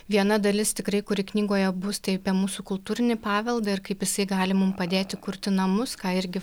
viena dalis tikrai kuri knygoje bus tai apie mūsų kultūrinį paveldą ir kaip jisai gali mums padėti kurti namus ką irgi